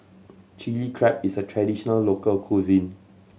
Chilli Crab is a traditional local cuisine